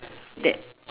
that